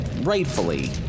rightfully